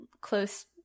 close